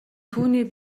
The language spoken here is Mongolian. түүний